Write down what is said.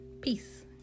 Peace